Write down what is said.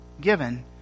given